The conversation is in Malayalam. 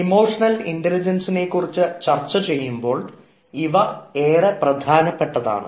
ഇമോഷണൽ ഇൻറലിജൻസിനെ കുറിച്ച് ചർച്ച ചെയ്യുമ്പോൾ ഇവ ഏറെ പ്രധാനപ്പെട്ടതാണ്